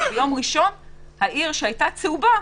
וביום ראשון העיר שהיתה צהובה,